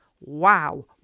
Wow